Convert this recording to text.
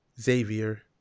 Xavier